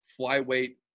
flyweight